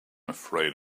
afraid